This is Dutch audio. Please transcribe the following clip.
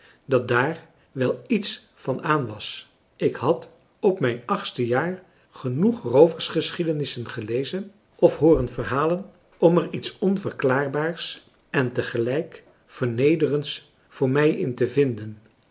dat daar wel iets van aan was ik had op mijn achtste jaar genoeg roovergeschiedenissen gelezen of hooren verhalen om er iets onverklaarbaars en te gelijk vernederends voor mij in te vinden